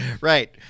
Right